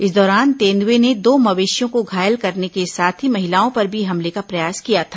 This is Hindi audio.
इस दौरान तेंदुएं ने दो मवेशियों को घायल करने के साथ ही महिलाओं पर भी हमले का प्रयास किया था